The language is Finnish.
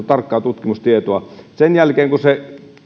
tarkkaa tutkimustietoa kun